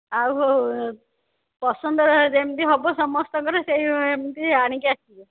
ଆଉ ପସନ୍ଦର ଯେମିତି ହେବ ସମସ୍ତଙ୍କର ସେମିତି ଆଣିକି ଆସିବ